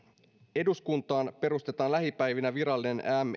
eduskuntaan perustetaan lähipäivinä virallinen